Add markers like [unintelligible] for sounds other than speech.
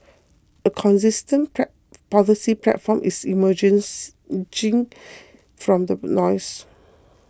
a consistent [unintelligible] policy platform is emergence [unintelligible] from the noise